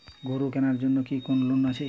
গরু কেনার জন্য কি কোন লোন আছে?